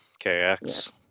KX